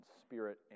spirit